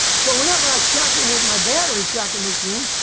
so whenever i check it with my battery checking machine,